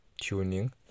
tuning